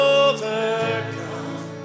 overcome